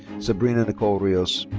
sarina nicole rios.